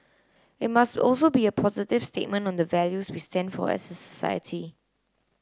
it must also be a positive statement on the values we stand for as society